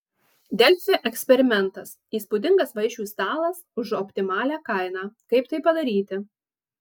delfi eksperimentas įspūdingas vaišių stalas už optimalią kainą kaip tai padaryti